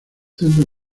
centro